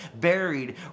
buried